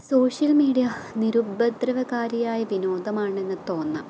social media നിരുപദ്രവകാരിയായ വിനോദമാണെന്ന് തോന്നാം